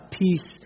peace